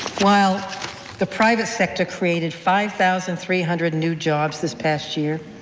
while the private sector created five thousand three hundred new jobs this past year,